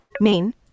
main